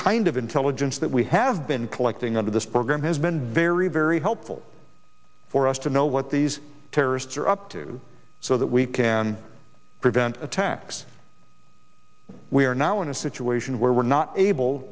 kind of intelligence that we have been collecting out of this program has been very very helpful for us to know what these terrorists are up to so that we can prevent attacks we are now in a situation where we're not able